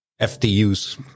FDU's